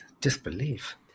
Disbelief